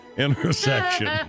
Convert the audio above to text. intersection